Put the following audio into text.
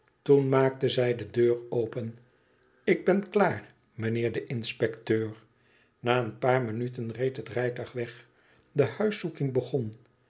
toen maakte zij de deur open ik ben klaar meneer de inspecteur na een paar minuten reed het rijtuig weg de huiszoeking begon